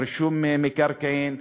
רישום מקרקעין,